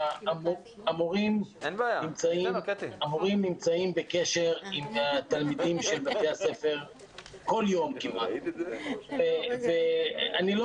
המורים נמצאים בקשר עם התלמידים של בתי הספר כל יום כמעט ואני לא